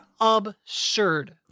absurd